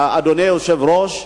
אדוני היושב-ראש,